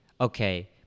okay